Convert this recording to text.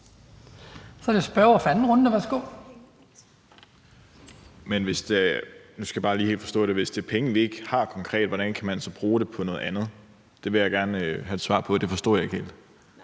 skal jeg bare lige helt forstå det. Hvis det er penge, vi ikke har konkret, hvordan kan man så bruge dem på noget andet? Det vil jeg gerne have et svar på. Det forstod jeg ikke helt.